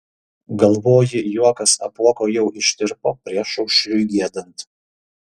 galvoji juokas apuoko jau ištirpo priešaušriui giedant